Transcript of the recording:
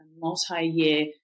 multi-year